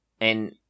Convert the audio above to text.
and-